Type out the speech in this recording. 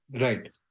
Right